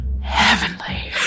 heavenly